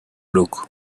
look